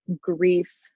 grief